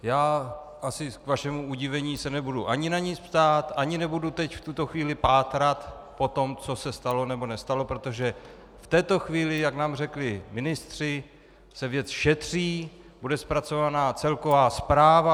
Já asi k vašemu udivení se nebudu ani na nic ptát, ani nebudu teď v tuto chvíli pátrat po tom, co se stalo nebo nestalo, protože v této chvíli, jak nám řekli ministři, se věc šetří, bude zpracována celková zpráva.